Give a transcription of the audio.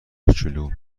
کوچولو